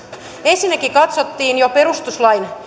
ensinnäkin katsottiin jo perustuslain